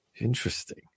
Interesting